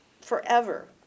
forever